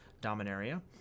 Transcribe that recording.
Dominaria